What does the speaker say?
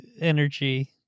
energy